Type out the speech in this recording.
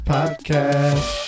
Podcast